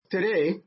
Today